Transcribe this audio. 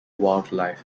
wildlife